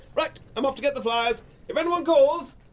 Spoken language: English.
right, i'm off to get the flyers if anyone calls,